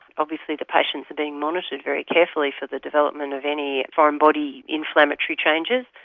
obviously the patients are being monitored very carefully for the development of any foreign body inflammatory changes,